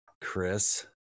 Chris